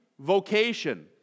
vocation